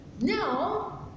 Now